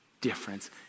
difference